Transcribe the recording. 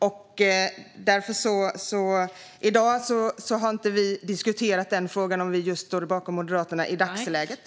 Vi har inte diskuterat om vi i dagsläget står bakom Moderaterna i den frågan.